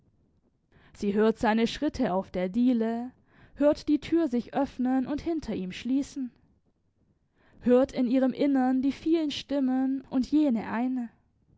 sie hört seine schritte auf der diele hört die tür sich öffnen und hinter ihm schließen hört in ihrem inneren die vielen stimmen und jene eine